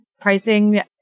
pricing